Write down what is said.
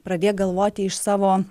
pradėk galvoti iš savo